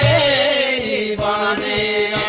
a a